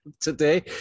today